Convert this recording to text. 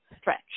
stretch